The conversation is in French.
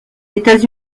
états